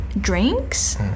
drinks